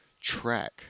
track